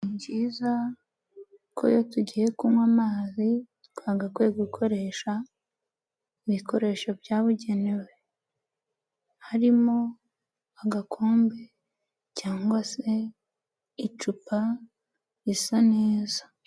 Ni byiza ko iyo tugiye kunywa amazi twagakwiye gukoresha ibikoresho byabugenewe harimo agakombe cyangwa se icupa risa neza.